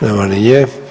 Nema ni nje.